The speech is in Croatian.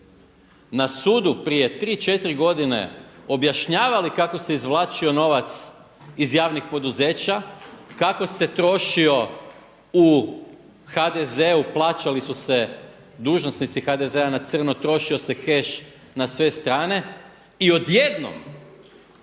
na sudu prije 3, 4 godine objašnjavali kako se izvlačio novac iz javnih poduzeća, kako se trošio u HDZ-u plaćali su se dužnosnici HDZ-a na crno, trošio se keš na sve strane i odjednom